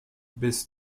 bis